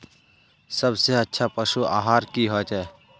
सबसे अच्छा पशु आहार की होचए?